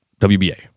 WBA